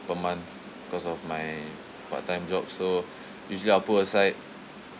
per month because of my part time jobs so usually I'll put aside